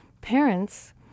parents